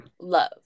love